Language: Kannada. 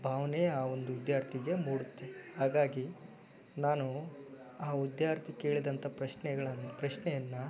ಭಾವನೆ ಆ ವಿದ್ಯಾರ್ಥಿಗೆ ಮೂಡುತ್ತೆ ಹಾಗಾಗಿ ನಾನು ಆ ವಿದ್ಯಾರ್ಥಿ ಕೇಳಿದಂಥ ಪ್ರಶ್ನೆಗಳನ್ನು ಪ್ರಶ್ನೆಯನ್ನು